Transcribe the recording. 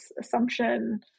assumption